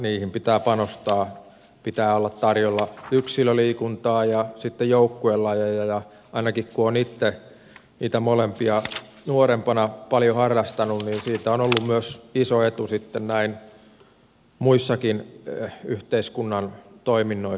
niihin pitää panostaa pitää olla tarjolla yksilöliikuntaa ja sitten joukkuelajeja ja ainakin kun on itse niitä molempia nuorempana paljon harrastunut niin siitä on ollut myös iso etu sitten näin muissakin yhteiskunnan toiminnoissa